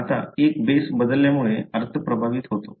आता एक बेस बदलामुळे अर्थ प्रभावित होतो